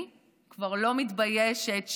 אני כבר לא מתביישת,